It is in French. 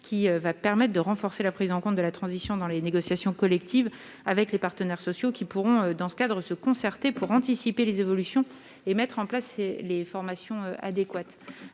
qui va permette de renforcer la prise en compte de la transition dans les négociations collectives avec les partenaires sociaux qui pourront, dans ce cadre, se concerter pour anticiper les évolutions et mettre en place et les formations adéquates,